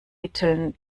mitteln